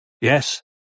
yes